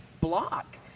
block